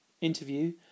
interview